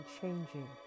changing